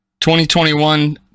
2021